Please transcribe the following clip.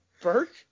Burke